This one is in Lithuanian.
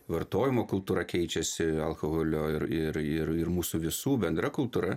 vartojimo kultūra keičiasi alkoholio ir ir ir ir mūsų visų bendra kultūra